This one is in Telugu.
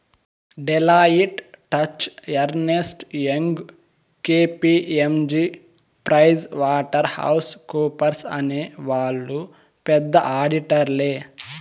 Deloitte, Touche Ernst, Young KPMG Price Waterhouse కూపర్స్అనే వాళ్ళు పెద్ద ఆడిటర్లే